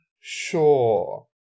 sure